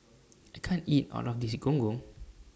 I can't eat All of This Gong Gong